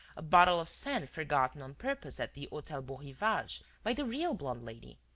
a bottle of scent forgotten on purpose at the hotel beaurivage by the real blonde lady,